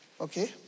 Okay